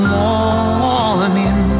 morning